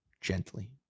gently